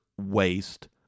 waste